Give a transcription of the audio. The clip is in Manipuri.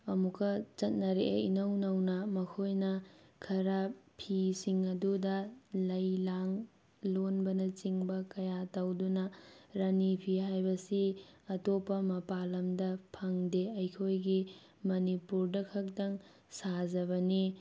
ꯑꯃꯨꯛꯀ ꯆꯠꯅꯔꯛꯑꯦ ꯏꯅꯧ ꯅꯧꯅ ꯃꯈꯣꯏꯅ ꯈꯔ ꯐꯤꯁꯤꯡ ꯑꯗꯨꯗ ꯂꯩ ꯂꯥꯡ ꯂꯣꯟꯕꯅꯆꯤꯡꯕ ꯀꯌꯥ ꯇꯧꯗꯨꯅ ꯔꯥꯅꯤ ꯐꯤ ꯍꯥꯏꯕꯁꯤ ꯑꯇꯣꯞꯄ ꯃꯄꯥꯜꯂꯝꯗ ꯐꯪꯗꯦ ꯑꯩꯈꯣꯏꯒꯤ ꯃꯅꯤꯄꯨꯔꯗ ꯈꯛꯇꯪ ꯁꯥꯖꯕꯅꯤ